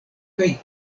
kaj